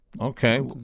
okay